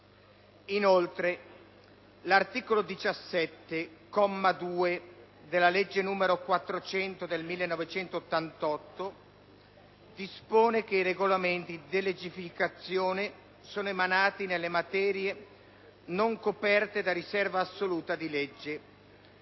Inoltre, l'articolo 17, comma 2, della legge n. 400 del 1988 dispone che i regolamenti di delegificazione sono emanati nelle materie non coperte da riserva assoluta di legge.